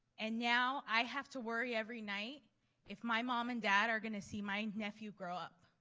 and now i have to worry every night if my mom and dad are going to see my nephew grow up.